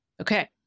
Okay